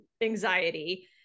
anxiety